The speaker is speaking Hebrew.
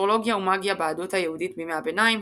אסטרולוגיה ומגיה בהגות היהודית בימי הביניים,